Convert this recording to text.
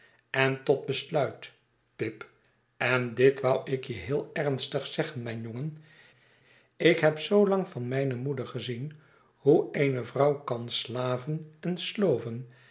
en tot besluit pip en dit wou ik je heel ernstig zeggen mijn jongen ik heb zoo lang van mijne moeder gezien hoe eene vrouw kan slaven en sloven